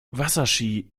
wasserski